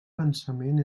pensament